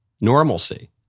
normalcy